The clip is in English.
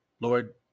Lord